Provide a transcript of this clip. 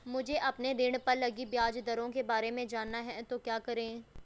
मुझे अपने ऋण पर लगी ब्याज दरों के बारे में जानना है तो क्या करें?